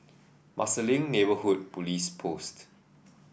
Marsiling Neighbourhood Police Post